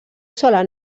sola